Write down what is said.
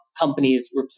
companies